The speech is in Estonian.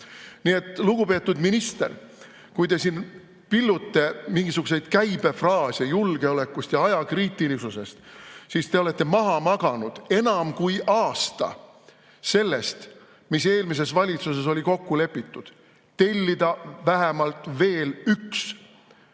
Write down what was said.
Nii et, lugupeetud minister, kui te siin pillute mingisuguseid käibefraase julgeolekust ja ajakriitilisusest, siis te olete maha maganud enam kui aasta sellest, mis eelmises valitsuses oli kokku lepitud – tellida vähemalt veel üks senisest